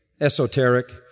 esoteric